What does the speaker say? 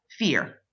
Fear